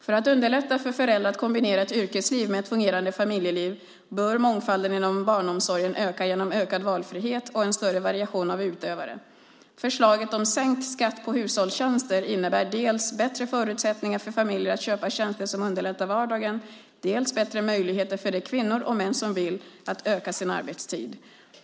För att underlätta för föräldrar att kombinera ett yrkesliv med ett fungerande familjeliv bör mångfalden inom barnomsorgen öka genom ökad valfrihet och en större variation av utövare. Förslaget om sänkt skatt på hushållstjänster innebär dels bättre förutsättningar för familjer att köpa tjänster som underlättar vardagen, dels bättre möjligheter för de kvinnor och män som vill öka sin arbetstid.